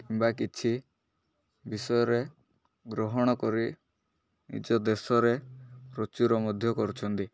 କିମ୍ବା କିଛି ବିଷୟରେ ଗ୍ରହଣ କରି ନିଜ ଦେଶରେ ପ୍ରଚୁର ମଧ୍ୟ କରୁଛନ୍ତି